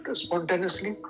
spontaneously